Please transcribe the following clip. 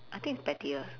I think it's pettiest